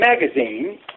magazine